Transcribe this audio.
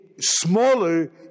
smaller